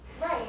Right